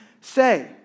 say